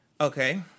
Okay